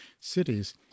cities